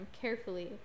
carefully